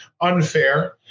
unfair